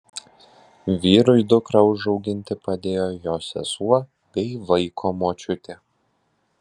vyrui dukrą užauginti padėjo jo sesuo bei vaiko močiutė